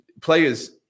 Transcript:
players